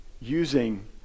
using